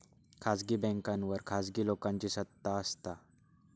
खासगी बॅन्कांवर खासगी लोकांची सत्ता असता